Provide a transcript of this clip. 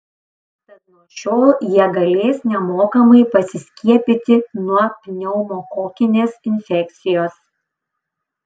tad nuo šiol jie galės nemokamai pasiskiepyti nuo pneumokokinės infekcijos